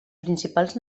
principals